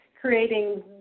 creating